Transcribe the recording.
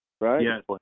right